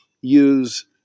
use